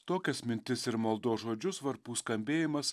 tokias mintis ir maldos žodžius varpų skambėjimas